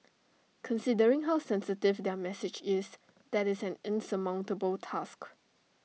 considering how sensitive their message is that is an insurmountable task